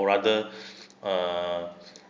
rather uh